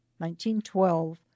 1912